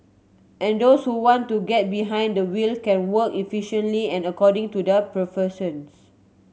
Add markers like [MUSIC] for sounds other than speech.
and those who want to get behind the wheel can work efficiently and according to their [UNINTELLIGIBLE]